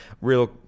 real